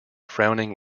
frowning